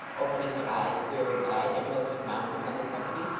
opening her eyes very wide and looking round upon the company,